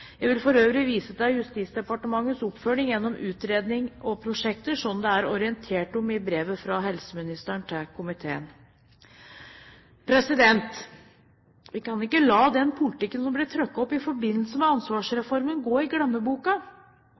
Jeg vil for øvrig vise til Justisdepartementets oppfølging gjennom utredning og prosjekter som det er orientert om i brevet fra helseministeren til komiteen. Vi kan ikke la den politikken som ble trukket opp i forbindelse med ansvarsreformen, gå i glemmeboka.